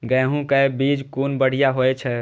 गैहू कै बीज कुन बढ़िया होय छै?